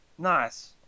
Nice